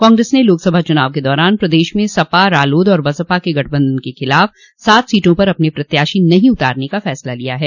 कांग्रेस ने लोकसभा चुनाव के दौरान प्रदेश में सपा रालोद और बसपा के गठबंधन के खिलाफ सात सीटों पर अपने प्रत्याशी नहीं उतारने का फैसला किया है